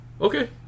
Okay